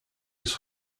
his